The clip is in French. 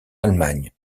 allemagne